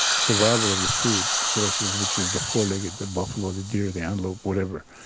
survival of the food sources, which is the four-legged the buffalo, the deer, the antelope, whatever.